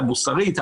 המוסרית,